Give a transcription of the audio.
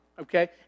okay